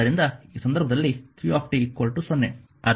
ಆದ್ದರಿಂದ ಈ ಸಂದರ್ಭದಲ್ಲಿ qt 0